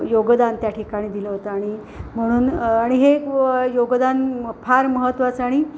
योगदान त्या ठिकाणी दिलं होतं आणि म्हणून आणि हे योगदान फार महत्वाचं आणि